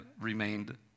remained